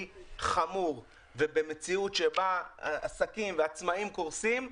חמור ובמציאות שבה עסקים ועצמאים קורסים,